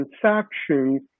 transactions